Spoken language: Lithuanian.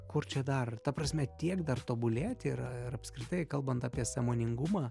kur čia dar ta prasme tiek dar tobulėt yra ir apskritai kalbant apie sąmoningumą